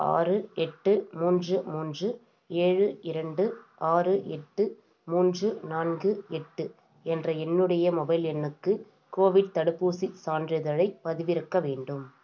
ஆறு எட்டு மூன்று மூன்று ஏழு இரண்டு ஆறு எட்டு மூன்று நான்கு எட்டு என்ற என்னுடைய மொபைல் எண்ணுக்கு கோவிட் தடுப்பூசிச் சான்றிதழைப் பதிவிறக்க வேண்டும்